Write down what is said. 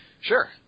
Sure